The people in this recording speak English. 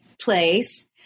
place